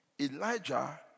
Elijah